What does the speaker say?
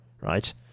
right